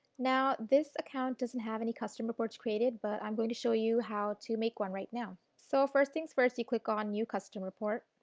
now this account doesn't have any custom reports created but i am going to show you how to make one right now. so, first thing first, you click on new custom report,